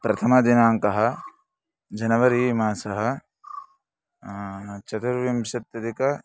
प्रथमदिनाङ्कः जनवरी मासः चतुर्विंशत्यधिकं